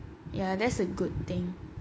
ya that's a good thing